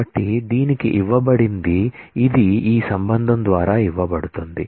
కాబట్టి దీనికి ఇవ్వబడింది ఇది ఈ రిలేషన్ ద్వారా ఇవ్వబడుతుంది